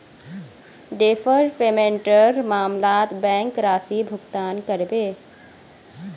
deferred पेमेंटेर मामलत bank राशि भुगतान करबे